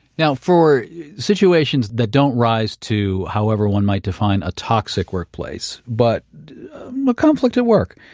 now for situations that don't rise to however one might define a toxic workplace, but a conflict at work,